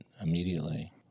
immediately